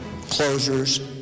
Closures